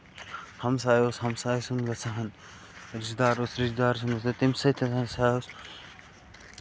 ہَمسایہِ اوس ہَمسایَس سُنٛد گژھان رِشتٔدار اوس رِشتِدارَن سُنٛد گژھان تَمہِ سۭتۍ ہسا ٲس